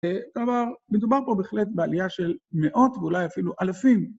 אבל מדובר פה בהחלט בעלייה של מאות ואולי אפילו אלפים.